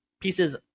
pieces